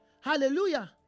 Hallelujah